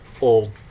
old